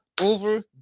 over